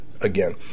again